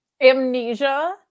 Amnesia